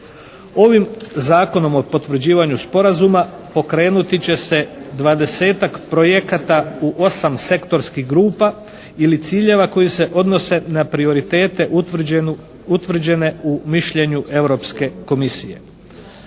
Ovim Zakonom o potvrđivanju sporazuma okrenuti će se 20-tak projekata u 8 sektorskih grupa ili ciljeva koji se odnose na prioritete utvrđene u mišljenju Europske Komisije.